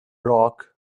rock